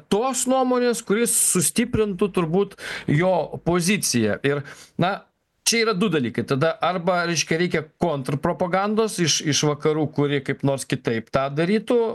tos nuomonės kuri sustiprintų turbūt jo poziciją ir na čia yra du dalykai tada arba reiškia reikia kontrpropagandos iš iš vakarų kuri kaip nors kitaip tą darytų